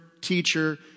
teacher